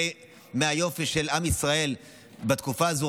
שראו הרבה מהיופי של עם ישראל בתקופה הזו.